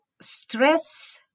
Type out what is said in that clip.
stress